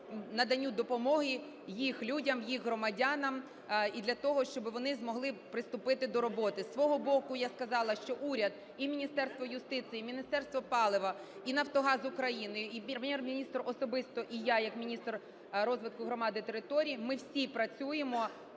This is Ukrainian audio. наданню допомоги їх людям, їх громадянам і для того, щоб вони змогли приступити до роботи. Зі свого боку я сказала, що уряд і Міністерство юстиції, і Міністерство палива, і "Нафтогаз України", і Прем'єр-міністр особисто, і я як міністр розвитку громади і територій, ми всі працюємо